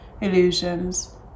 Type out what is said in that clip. illusions